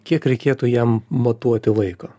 kiek reikėtų jam matuoti laiko